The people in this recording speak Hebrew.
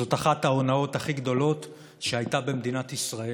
זאת אחת ההונאות הכי גדולות שהיו במדינת ישראל,